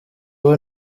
ubu